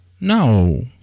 No